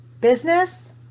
business